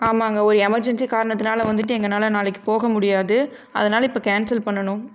ஆமாங்க ஒரு எமெர்ஜென்சி காரணத்தனால வந்துட்டு எங்கனால் நாளைக்கு போக முடியாது அதனால் இப்போ கேன்சல் பண்ணணும்